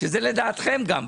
שזה לדעתכם גם פתרון.